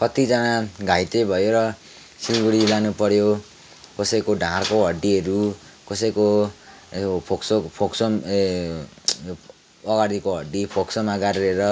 कतिजना घाइते भएर सिलगढी लानुपर्यो कसैको ढाडको हड्डीहरू कसैको यो फोक्सो फोक्सो ए अगाडिको हड्डी फोक्सोमा गाडिएर